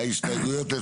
ההסתייגויות,